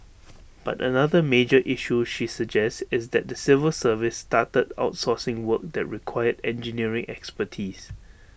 but another major issue she suggests is that the civil service started outsourcing work that required engineering expertise